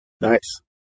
Nice